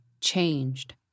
changed